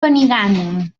benigànim